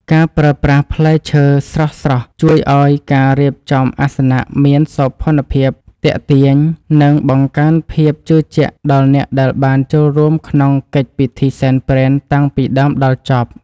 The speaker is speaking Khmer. ការប្រើប្រាស់ផ្លែឈើស្រស់ៗជួយឱ្យការរៀបចំអាសនៈមានសោភ័ណភាពទាក់ទាញ និង បង្កើនភាពជឿជាក់ដល់អ្នកដែលបានចូលរួមក្នុងកិច្ចពិធីសែនព្រេនតាំងពីដើមដល់ចប់។